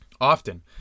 Often